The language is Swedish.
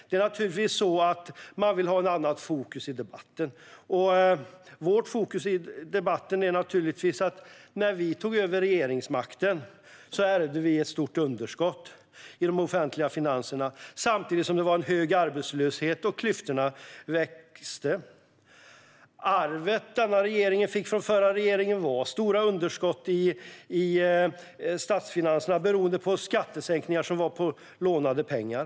Det är naturligtvis så att man vill ha ett annat fokus i debatten. Vårt fokus i debatten är att vi när vi tog över regeringsmakten ärvde ett stort underskott i de offentliga finanserna. Samtidigt var arbetslösheten hög, och klyftorna växte. Det arv denna regering fick från den förra regeringen var stora underskott i statsfinanserna, beroende på skattesänkningar som genomförts med lånade pengar.